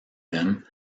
them